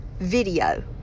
video